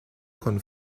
con